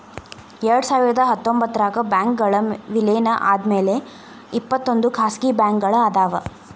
ಎರಡ್ಸಾವಿರದ ಹತ್ತೊಂಬತ್ತರಾಗ ಬ್ಯಾಂಕ್ಗಳ್ ವಿಲೇನ ಆದ್ಮ್ಯಾಲೆ ಇಪ್ಪತ್ತೊಂದ್ ಖಾಸಗಿ ಬ್ಯಾಂಕ್ಗಳ್ ಅದಾವ